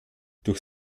durch